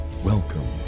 Welcome